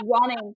running